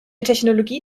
technologie